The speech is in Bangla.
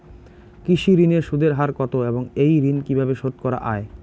কৃষি ঋণের সুদের হার কত এবং এই ঋণ কীভাবে শোধ করা য়ায়?